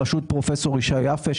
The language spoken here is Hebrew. בראשות פרופ' ישי יפה,